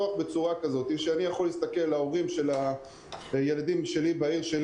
כדי שאני אוכל להסתכל להורים של הילדים בעיר שלי